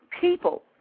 people